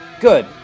Good